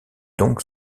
donc